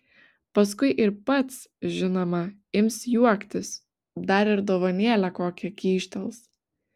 paskui ir pats žinoma ims juoktis dar ir dovanėlę kokią kyštels